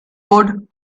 code